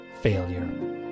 failure